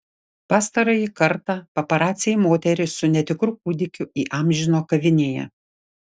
pastarąjį kartą paparaciai moterį su netikru kūdikiu įamžino kavinėje